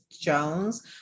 jones